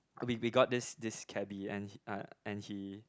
we we got this this cabby and uh and he